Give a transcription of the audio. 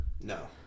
No